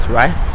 right